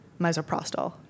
misoprostol